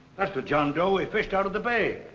that's the john doe we fished out of the bay.